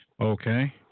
Okay